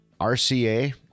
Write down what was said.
rca